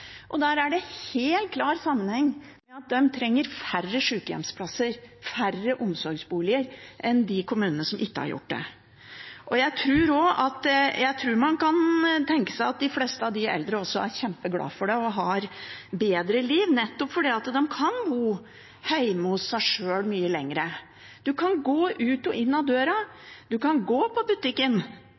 Og der er det en helt klar sammenheng – de trenger færre sykehjemsplasser og færre omsorgsboliger enn de kommunene som ikke har gjort det. Jeg tror man kan tenke seg at de fleste av de eldre er kjempeglade for det og har bedre liv, nettopp fordi de kan bo hjemme hos seg sjøl mye lenger. Man kan gå ut og inn av døra, man kan gå på butikken